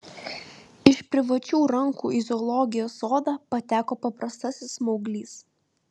iš privačių rankų į zoologijos sodą pateko paprastasis smauglys